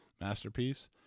masterpiece